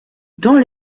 dans